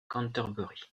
canterbury